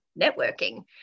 networking